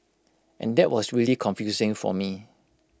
and that was really confusing for me